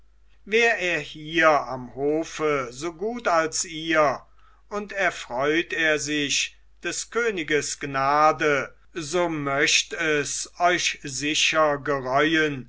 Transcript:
wär er hier am hofe so gut als ihr und erfreut er sich des königes gnade so möcht es euch sicher